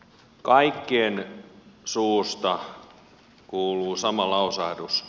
kaikkien suusta kuuluu sama lausahdus